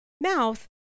mouth